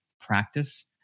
practice